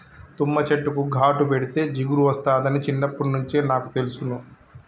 తుమ్మ చెట్టుకు ఘాటు పెడితే జిగురు ఒస్తాదని చిన్నప్పట్నుంచే నాకు తెలుసును